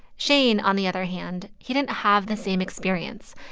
shane, on the other hand he didn't have the same experience.